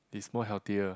is more healthier